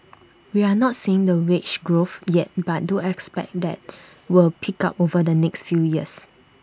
we're not seeing the wage growth yet but do expect that will pick up over the next few years